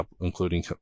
including